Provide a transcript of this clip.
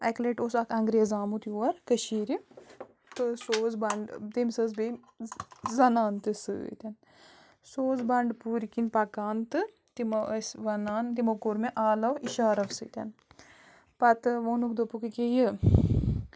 اَکہِ لَٹہِ اوس اَکھ اَنٛگریز آمُت یور کٔشیٖرِ تہٕ سُہ اوس بَنٛڈ تٔمِس ٲس بیٚیہِ زَنان تہِ سۭتۍ سُہ اوس بَنٛڈٕ پوٗرۍ کِن پَکان تہٕ تِمو ٲسۍ وَنان تِمو کوٚر مےٚ آلَو اِشارو سۭتۍ پَتہٕ ووٚنُکھ دوٚپُکھ ییٚکیٛاہ یہِ